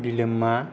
बिलोमा